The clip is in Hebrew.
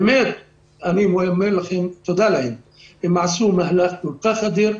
באמת אני מודה להם, הם עשו מהלך כל כך אדיר.